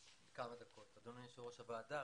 אדוני יושב ראש הוועדה,